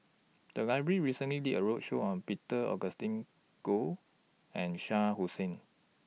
The Library recently did A roadshow on Peter Augustine Goh and Shah Hussain